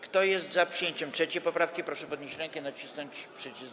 Kto jest za przyjęciem 3. poprawki, proszę podnieść rękę i nacisnąć przycisk.